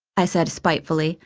i said spitefully,